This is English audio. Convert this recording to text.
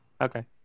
Okay